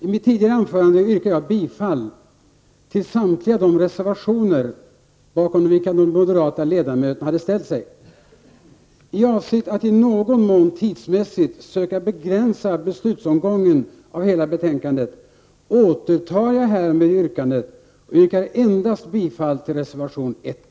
I mitt tidigare anförande yrkade jag bifall till samtliga reservationer bakom vilka de moderata ledamöterna hade ställt sig. I avsikt att i någon mån tidsmässigt söka begränsa beslutsomgången av hela betänkandet återtar jag härmed yrkandet. Jag yrkar bifall endast till reservation nr 1.